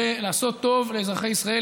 בלעשות טוב לאזרחי ישראל,